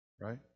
right